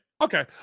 Okay